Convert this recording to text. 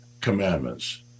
commandments